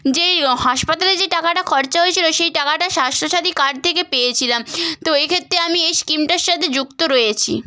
যেই হাসপাতালে যেই টাকাটা খরচা হয়েছিল সেই টাকাটা স্বাস্থ্যসাথী কার্ড থেকে পেয়েছিলাম তো এক্ষেত্রে আমি এই স্কিমটার সাথে যুক্ত রয়েছি